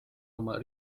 oma